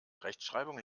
rechtschreibung